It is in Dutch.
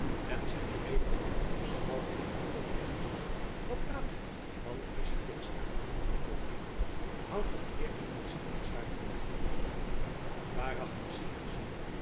en zijn breede hand op den schouder van mechtelt leggende wat praat gij van friesche kwikstaarten vroeg hij houdt dat heer er friesche kwikstaarten op na waarachtig zeide zij